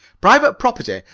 private property!